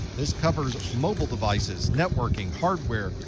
this covers mobile devices, networking, hardware,